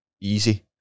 Easy